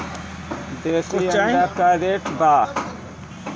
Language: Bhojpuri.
देशी अंडा का रेट बा?